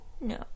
No